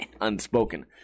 unspoken